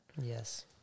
Yes